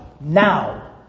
now